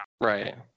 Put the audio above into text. right